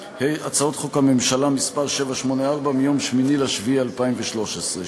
2013, הצעות חוק, הממשלה, 784, מיום 8 ביולי 2013,